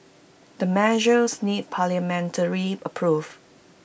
the measures need parliamentary approve